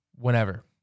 whenever